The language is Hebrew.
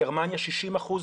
גרמניה עם 60 אחוזים,